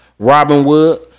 Robinwood